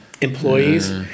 employees